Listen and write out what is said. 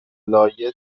لایه